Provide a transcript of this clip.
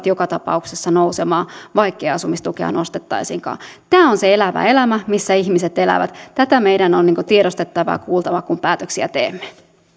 joka tapauksessa nousemaan vaikkei asumistukea nostettaisikaan tämä on se elävä elämä missä ihmiset elävät tämä meidän on tiedostettava ja tätä kuultava kun päätöksiä teemme